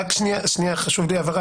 רק שנייה, חשוב לי הבהרה.